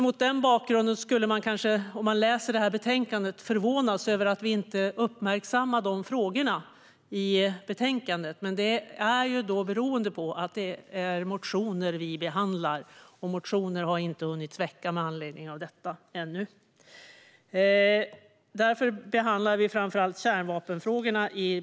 Mot den bakgrunden skulle man kanske förvånas över att vi inte uppmärksammar dessa frågor i betänkandet, men det beror på att det är motioner som vi behandlar och att motioner ännu inte har hunnit väckas med anledning av detta. Vi behandlar framför allt frågor om kärnvapen i betänkandet.